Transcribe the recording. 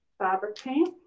fabric paint.